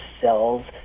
cells